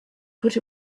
put